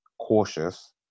cautious